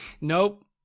nope